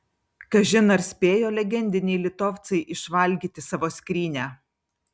kažin ar spėjo legendiniai litovcai išvalgyti savo skrynią